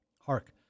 Hark